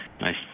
Nice